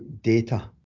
data